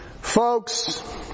Folks